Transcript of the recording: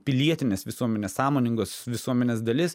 pilietinės visuomenės sąmoningos visuomenės dalis